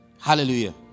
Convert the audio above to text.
Hallelujah